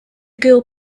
girl